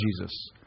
Jesus